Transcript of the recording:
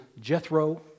Jethro